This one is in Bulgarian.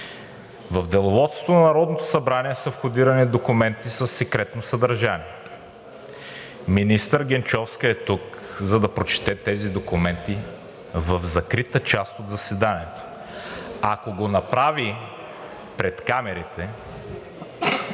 В Деловодството на Народното събрание са входирани документи със секретно съдържание. Министър Генчовска е тук, за да прочете тези документи в закрита част от заседанието. Ако го направи пред камерите,